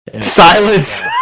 Silence